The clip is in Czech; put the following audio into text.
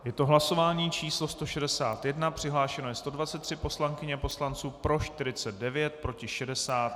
Je to hlasování číslo 161, přihlášeno je 123 poslankyň a poslanců, pro 49, proti 60.